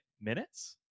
minutes